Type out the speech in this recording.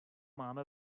máme